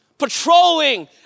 patrolling